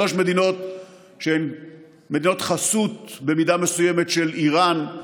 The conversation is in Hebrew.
שלוש מדינות שהן במידה מסוימת מדינות חסות של איראן,